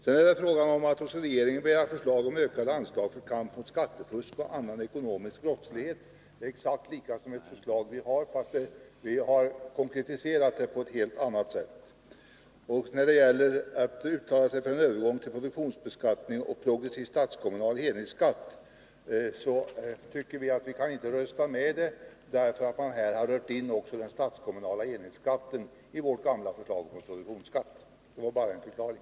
Sedan är det fråga om att hos regeringen begära förslag om ett ökat anslag för kamp mot skattefusk och annan ekonomisk brottslighet. Det är exakt lika med ett förslag som vi har, fastän vi har konkretiserat det på ett helt annat sätt. När det gäller att uttala sig för en övergång till produktionsbeskattning och progressiv statskommunal enhetsskatt tycker vi att vi inte kan rösta för förslaget, därför att man på detta sätt fört in också den statskommunala enhetsskatten i vårt gamla förslag om produktionsskatt. Det var bara en förklaring.